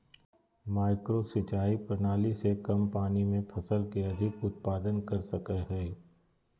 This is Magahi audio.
माइक्रो सिंचाई प्रणाली से कम पानी में फसल के अधिक उत्पादन कर सकय हइ